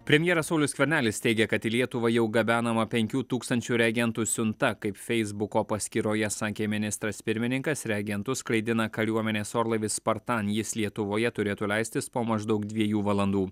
premjeras saulius skvernelis teigia kad į lietuvą jau gabenama penkių tūkstančių reagentų siunta kaip feisbuko paskyroje sakė ministras pirmininkas reagentus skraidina kariuomenės orlaivis spartan jis lietuvoje turėtų leistis po maždaug dviejų valandų